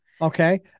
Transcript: Okay